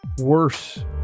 worse